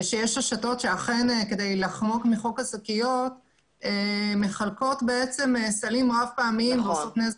שיש רשתות שאכן כדי לחמוק מחוק השקיות מחלקות סלים רב-פעמיים בחינם.